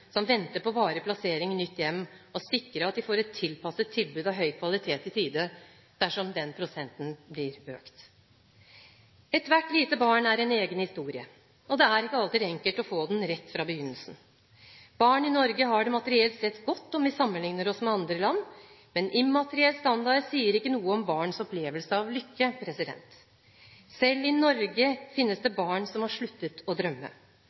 venter på varig plassering i nytt hjem, og sikre at de får et tilpasset tilbud av høy kvalitet i tide, dersom den prosentandelen blir økt. Ethvert lite barn har en egen historie. Det er ikke alltid enkelt å få den rett fra begynnelsen. Barn i Norge har det materielt sett godt om vi sammenlikner oss med andre land, men materiell standard sier ikke noe om barns opplevelse av lykke. Selv i Norge finnes det barn som har sluttet å drømme.